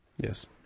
Yes